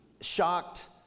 shocked